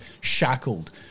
shackled